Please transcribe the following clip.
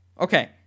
Okay